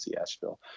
asheville